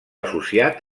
associat